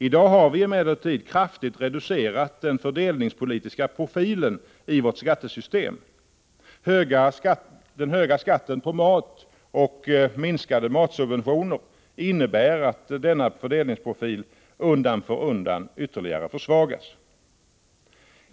I dag har vi emellertid kraftigt reducerat den fördelningspolitiska profilen i vårt skattesystem. Den höga skatten på mat och minskade matsubventioner innebär att denna fördelningsprofil undan för undan ytterligare försvagas.